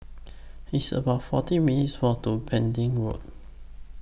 It's about forty minutes' Walk to Pending Road